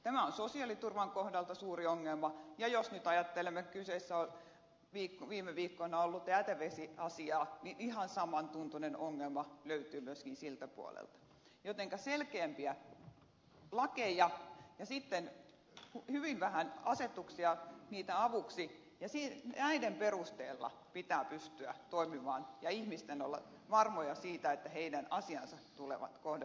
tämä on sosiaaliturvan kohdalta suuri ongelma ja jos nyt ajattelemme viime viikkoina ollutta jätevesiasiaa niin ihan saman tuntuinen ongelma löytyy myöskin siltä puolelta jotenka selkeämpiä lakeja ja sitten hyvin vähän asetuksia niiden avuksi ja näiden perusteella pitää pystyä toimimaan ja ihmisten olla varmoja siitä että heidän asiansa tulevat kohdelluiksi oikein